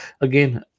again